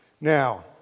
Now